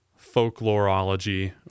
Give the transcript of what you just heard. folklorology